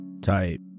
Tight